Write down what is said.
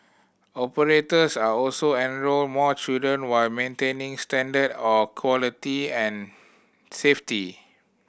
operators are also enrol more children while maintaining standard or quality and safety